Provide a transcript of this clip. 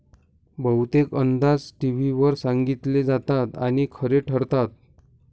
बहुतेक अंदाज टीव्हीवर सांगितले जातात आणि खरे ठरतात